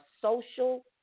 social